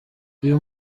uyu